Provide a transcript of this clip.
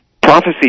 Prophecy